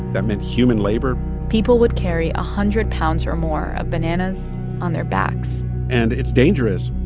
that meant human labor people would carry a hundred pounds or more of bananas on their backs and it's dangerous